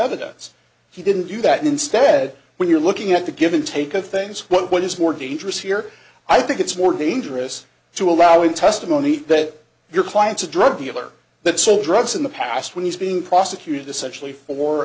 evidence he didn't do that instead when you're looking at the give and take of things what is more dangerous here i think it's more dangerous to allow in testimony that your client a drug dealer that sold drugs in the past when he's being prosecuted essentially for